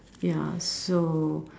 ya so